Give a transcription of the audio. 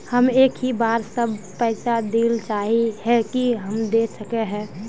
हम एक ही बार सब पैसा देल चाहे हिये की हम दे सके हीये?